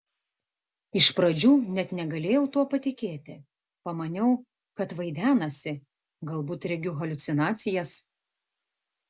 iš pradžių net negalėjau tuo patikėti pamaniau kad vaidenasi galbūt regiu haliucinacijas